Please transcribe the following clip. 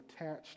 attached